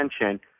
attention